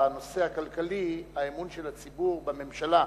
בנושא הכלכלי האמון של הציבור בממשלה,